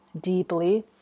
deeply